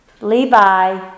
Levi